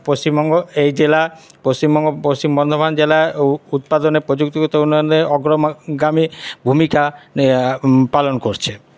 পশ্চিমবঙ্গ এই জেলা পশ্চিমবঙ্গ পশ্চিম বর্ধমান জেলা উ উৎপাদনে প্রযুক্তিগত উন্নয়নে অগ্রমা অগ্রগামী ভূমিকা পালন করছে